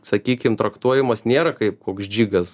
sakykim traktuojamas nėra kaip koks džigas